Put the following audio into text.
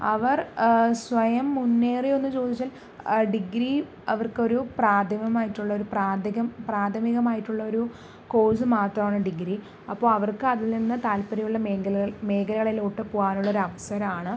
അവർ സ്വയം മുന്നേറിയോയെന്ന് ചോദിച്ചാൽ ഡിഗ്രി അവർക്ക് ഒരു പ്രാഥമികമായിട്ടുള്ള ഒരു പ്രാധകം പ്രാഥമികമായുള്ള ഒരു കോഴ്സ് മാത്രമാണ് ഡിഗ്രി അപ്പോൾ അവർക്ക് അതിൽ നിന്ന് താല്പര്യം ഉള്ള മേഖലകളിൽ മേഖലകളിലോട്ട് പോകാനുള്ള ഒരു അവസരമാണ്